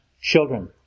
children